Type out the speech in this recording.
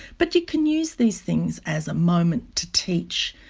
but you can use these things as a moment to teach,